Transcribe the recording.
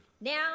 Now